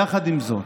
יחד עם זאת,